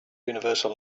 universal